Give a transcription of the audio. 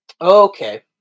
Okay